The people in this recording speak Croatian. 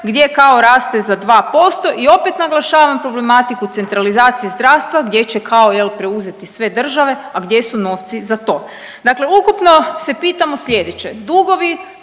gdje kao raste za 2% i opet naglašavam problematiku centralizacije zdravstva gdje će kao jel preuzeti sve država, a gdje su novci za to. Dakle, ukupno se pitamo slijedeće, dugovi